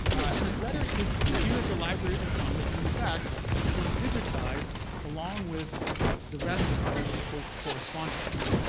and this letter is here at the library of congress, and in fact it's been digitized along with the rest of the polk correspondence.